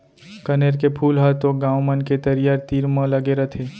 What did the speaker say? कनेर के फूल ह तो गॉंव मन के तरिया तीर म लगे रथे